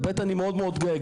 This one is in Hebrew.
ו-ב', אני מאוד מאוד גאה.